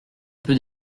peut